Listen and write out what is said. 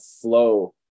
flow